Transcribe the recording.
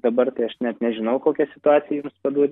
dabar tai aš net nežinau kokią situaciją jums paduot